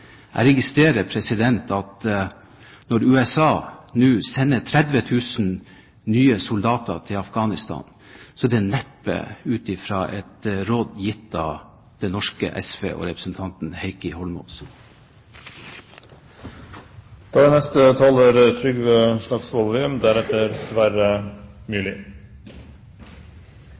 Når USA nå sender 30 000 nye soldater til Afghanistan, er det neppe ut fra et råd gitt av det norske SV og representanten Heikki